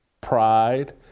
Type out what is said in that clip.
pride